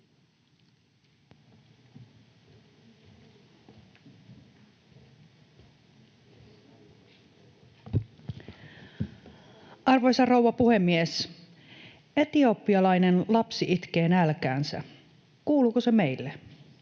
Arvoisa rouva puhemies! Etiopialainen lapsi itkee nälkäänsä. Kuuluuko se meille?